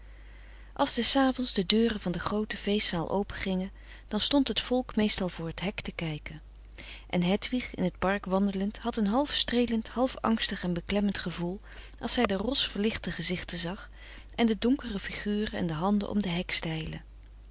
des avonds de deuren van de groote feest zaal opengingen dan stond het volk meestal voor t hek te kijken en hedwig in het park wandelend had een half streelend half angstig en beklemmend gevoel als zij de ros verlichte gezichten zag en de donkere figuren en de handen om de